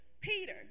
Peter